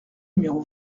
numéro